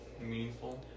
meaningful